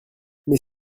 mais